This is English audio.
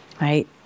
right